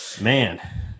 man